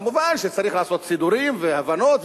כמובן שצריך לעשות סידורים והבנות,